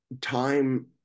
time